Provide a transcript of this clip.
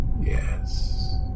Yes